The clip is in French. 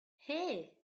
hey